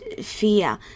fear